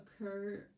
occur